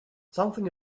something